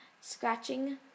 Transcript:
scratching